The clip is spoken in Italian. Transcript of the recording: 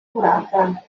curata